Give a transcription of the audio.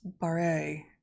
Barre